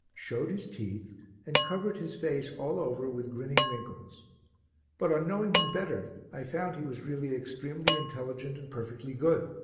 showed his teeth and covered his face all over with grinning wrinkles but on knowing him better, i found he was really extremely intelligent and perfectly good.